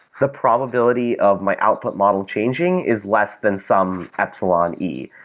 the probability of my output model changing is less than some epsilon e,